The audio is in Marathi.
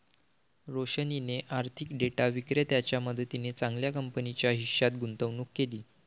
रोशनीने आर्थिक डेटा विक्रेत्याच्या मदतीने चांगल्या कंपनीच्या हिश्श्यात गुंतवणूक केली